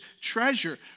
treasure